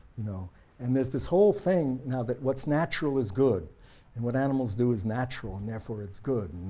you know and there's this whole thing now that what's natural is good and what animals do is natural and therefore it's good,